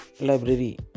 library